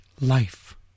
life